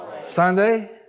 Sunday